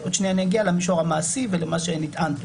ועוד שנייה אני אגיע למישור המעשי ולמה שנטען פה.